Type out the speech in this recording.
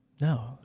No